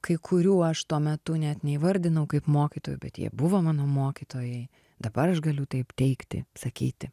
kai kurių aš tuo metu net neįvardinau kaip mokytojų bet jie buvo mano mokytojai dabar aš galiu taip teigti sakyti